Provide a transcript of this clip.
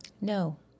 No